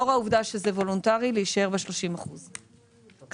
לאור העובדה שזה וולונטרי להישאר ב-30% כרגע.